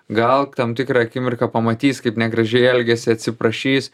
gal tam tikrą akimirką pamatys kaip negražiai elgėsi atsiprašys